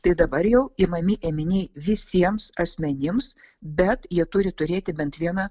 tai dabar jau imami ėminiai visiems asmenims bet jie turi turėti bent vieną